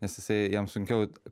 nes jisai jam sunkiau